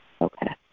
Okay